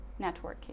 networking